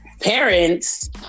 parents